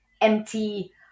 empty